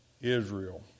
Israel